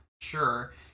sure